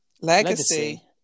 Legacy